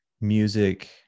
music